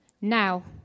now